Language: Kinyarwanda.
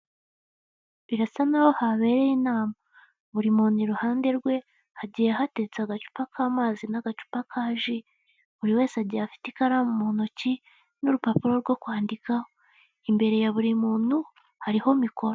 Birasa naho habereye inama, buri muntu iruhande rwe hagiye hatetse agacupa k'amazi n'agacupa kaji, buri wese agiye afite ikaramu mu ntoki n'urupapuro rwo kwandikaho imbere ya buri muntu hariho mikoro.